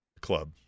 club